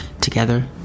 Together